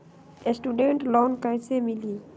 Student loan कैसे मिली?